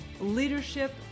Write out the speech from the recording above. leadership